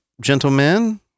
gentlemen